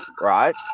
right